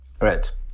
Right